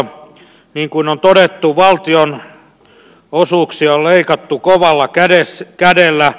niin kuin on todettu valtionosuuksia on leikattu kovalla kädellä